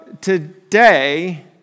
today